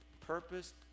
purpose